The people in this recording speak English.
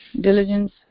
diligence